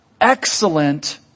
excellent